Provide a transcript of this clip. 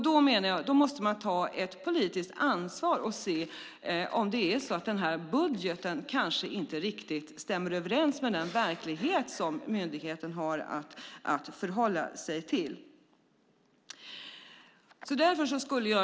Då menar jag att man måste ta ett politiskt ansvar och se om den här budgeten kanske inte riktigt stämmer överens med den verklighet som myndigheten har att förhålla sig till.